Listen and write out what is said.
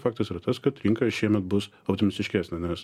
faktas yra tas kad rinka šiemet bus optimistiškesnė nes